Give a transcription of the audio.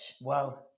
Wow